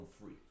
free